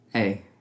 Hey